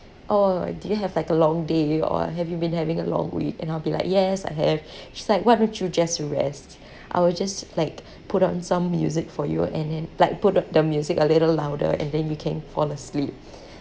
oh do you have like a long day or have you been having a long week and I'll be like yes I have she's just like why don't you just rest I would just like put on some music for you and then like put up the music a little louder and then you can fall asleep